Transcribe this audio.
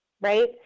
Right